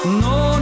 no